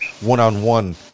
one-on-one